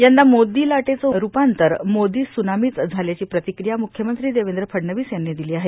यंदा मोदो लाटेचं रुपांतर मोदो त्सुनामीत झाल्याची प्रातक्रिया मुख्यमंत्री देवद्र फडणवीस यांनी र्दिलां आहे